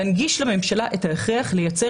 צריך להנגיש לממשלה את ההכרח לייצר